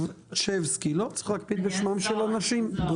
דרובצ'בסקי, צריך להקפיד בשמם של אנשים.